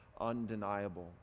undeniable